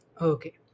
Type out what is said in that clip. okay